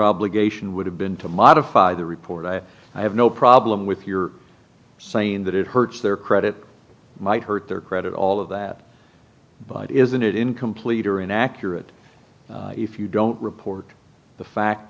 obligation would have been to modify the report i i have no problem with your saying that it hurts their credit might hurt their credit all of that but isn't it incomplete or inaccurate if you don't report the fact